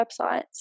websites